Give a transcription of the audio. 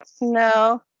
No